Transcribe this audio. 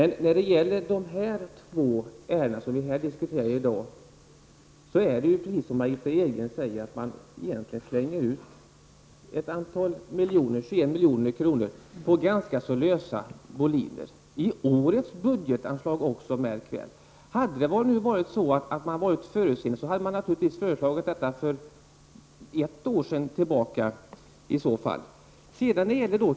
I fråga om de två ärenden vi här diskuterar i dag är det ju precis som Margitta Edgren säger, att man egentligen slänger ut ett antal miljoner, 21 milj.kr., för ganska lösa boliner. Och märk väl att detta gäller för årets budgetanslag. Om man hade varit förutseende hade man naturligtvis föreslagit detta för ett år sedan.